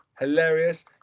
hilarious